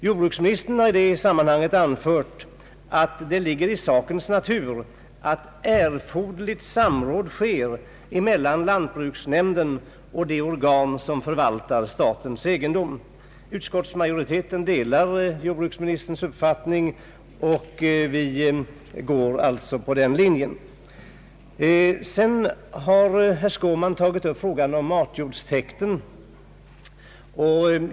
Jordbruksministern har i detta sammanhang anfört: »Det ligger i sakens natur att erforderligt samråd sker mellan lantbruksnämnden och andra organ som förvaltar statlig egendom.» Utskottsmajoriteten delar jordbruksministerns uppfattning och går alltså på den linjen. Herr Skårman tog upp frågan om matjordstäkt.